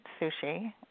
sushi